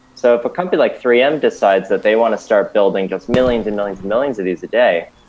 so if a company like three m decides that they want to start building just millions and millions, millions of these a day,